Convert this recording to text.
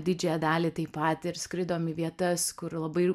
didžiąją dalį taip pat ir skridom į vietas kur labai